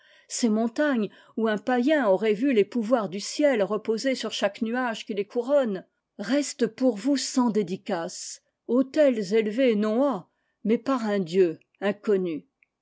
ces montagnes où un païen aurait vu les pouvoirs du ciel reposer sur chaque nuage qui les couronne restent pour vous sans dédicace autels élevés non à mais par un dieu inconnu